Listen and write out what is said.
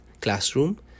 classroom